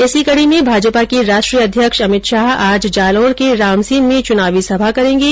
इसी कडी में भाजपा के राष्ट्रीय अध्यक्ष अमित शाह आज जालौर के रामसीन में चूनावी सभा करेंगे